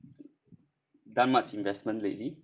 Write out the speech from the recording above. done much investment lately